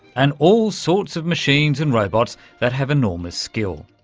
and all sorts of machines and robots that have enormous skill.